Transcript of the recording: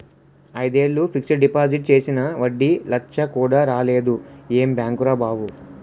ఐదేళ్ళు fixed deposit చేసినా వడ్డీ లచ్చ కూడా రాలేదు ఏం బాంకురా బాబూ